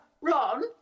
Ron